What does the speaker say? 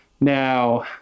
Now